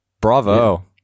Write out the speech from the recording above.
Bravo